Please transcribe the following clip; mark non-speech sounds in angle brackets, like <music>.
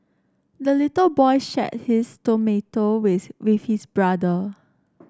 the little boy shared his <unintelligible> with with his brother